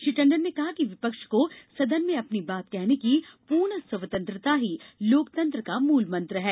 श्री टंडन ने कहा कि विपक्ष को सदन में अपनी बात कहने की पूर्ण स्वतंत्रता ही लोकतंत्र का मूलमंत्र है